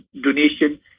donation